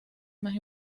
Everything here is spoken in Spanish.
más